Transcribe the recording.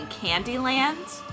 Candyland